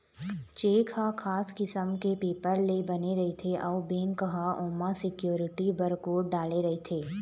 cheque ह खास किसम के पेपर ले बने रहिथे अउ बेंक ह ओमा सिक्यूरिटी बर कोड डाले रहिथे